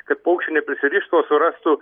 kad paukščiai neprisirištų o surastų